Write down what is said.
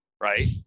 Right